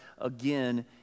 again